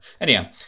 Anyhow